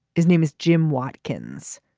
his name is jim watkins.